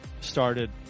started